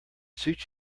suit